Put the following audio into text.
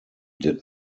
did